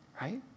right